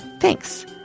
Thanks